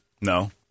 No